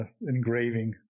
engraving